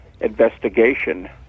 investigation